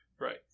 Right